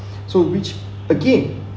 so which again